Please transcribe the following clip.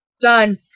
done